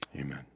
Amen